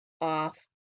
off